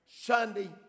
Sunday